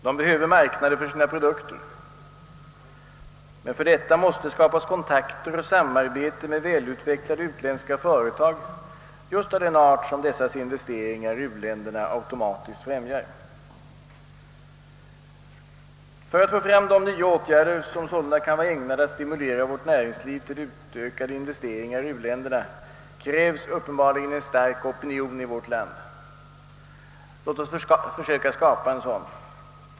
De behöver marknader för sina produkter. För detta måste skapas kontakter och samarbete med välutvecklade utländska företag just av den art som ifrågavarande företags investeringar i u-länderna automatiskt främjar. För att få till stånd nya åtgärder, som sålunda kan vara ägnade att stimulera vårt näringsliv till ökade investeringar i u-länderna, krävs uppenbarligen en stark opinion i vårt land. Låt oss försöka skapa en sådan!